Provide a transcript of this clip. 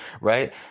Right